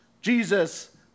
Jesus